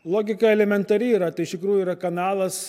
logika elementari yra tai iš tikrųjų yra kanalas